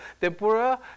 tempura